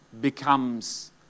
becomes